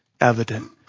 evident